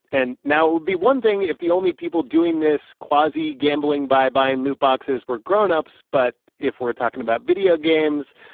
and now, it would be one thing if the only people doing this quasi-gambling by buying loot boxes were grown-ups. but if we're talking about video games,